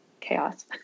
chaos